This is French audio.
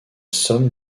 somme